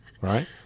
right